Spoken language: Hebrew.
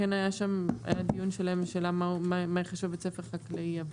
שהיה שם דיון שלם מה ייחשב בית ספר חקלאי.